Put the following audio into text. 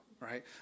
Right